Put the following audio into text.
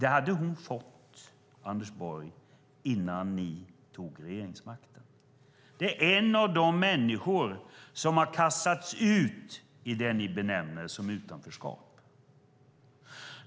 Det hade hon fått, Anders Borg, innan ni tog regeringsmakten. Detta är en av de människor som har kastats ut i det som ni benämner utanförskap.